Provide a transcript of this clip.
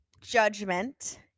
judgment